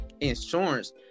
insurance